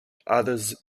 others